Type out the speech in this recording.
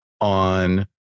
on